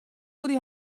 hawwe